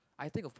I think of